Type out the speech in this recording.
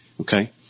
Okay